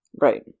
Right